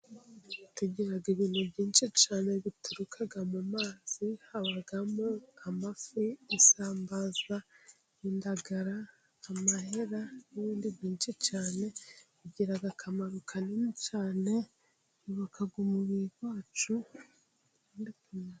Tugira ibintu byinshi cyane bituruka mu mazi habamo:amafi, isambaza, indagara ,amahera n'ibindi byinshi cyane bigira akamaro kanini cyane yubaka umubiri wacu.